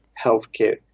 healthcare